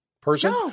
person